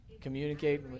Communicate